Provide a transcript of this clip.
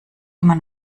immer